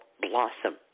blossom